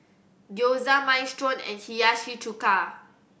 Gyoza Minestrone and Hiyashi Chuka